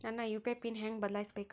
ನನ್ನ UPI PIN ಹೆಂಗ್ ಬದ್ಲಾಯಿಸ್ಬೇಕು?